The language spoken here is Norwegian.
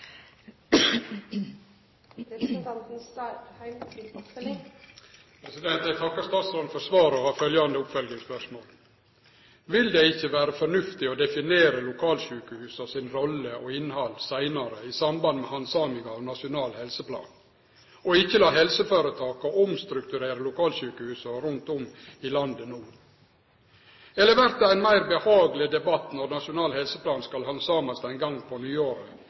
Eg takkar statsråden for svaret og har følgjande oppfølgingsspørsmål: Vil det ikkje vere fornuftig å definere lokalsjukehusa si rolle og innhald seinare i samband med handsaminga av Nasjonal helseplan og ikkje la helseføretaka omstrukturere lokalsjukehusa rundt om i landet no? Eller vert det ein meir behageleg debatt når Nasjonal helseplan skal handsamast ein gong på